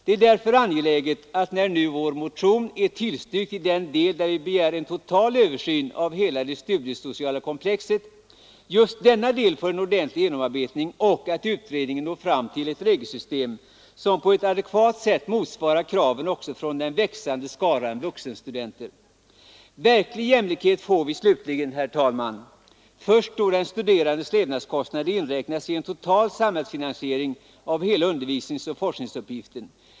Det är därför angeläget att, när nu vår motion är tillstyrkt i den del där vi begär en total översyn av hela det studiesociala komplexet, just denna del får en ordentlig genomarbetning och att utredningen når fram till ett regelsystem, som på ett adekvat sätt motsvarar kraven också från den växande skaran vuxenstudenter. Verklig jämlikhet får vi, herr talman, först då den studerandes levnadskostnader inräknas i en total samhällsfinansiering av hela undervisningsoch forskningsuppgiften.